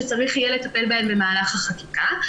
שצריך יהיה לטפל בהן במהלך החקיקה.